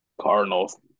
Cardinals